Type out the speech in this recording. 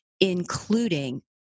including